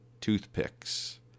Toothpicks